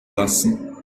lassen